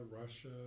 Russia